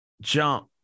jump